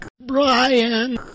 Brian